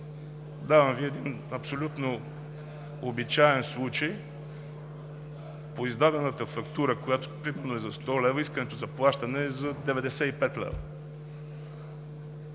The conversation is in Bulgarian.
Давам Ви абсолютно обичаен случай. По издадената фактура, която примерно е за 100 лв., искането за плащане е за 95 лв.